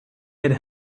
had